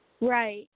Right